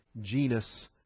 genus